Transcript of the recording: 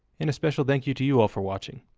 and a special thank you to you all for watching.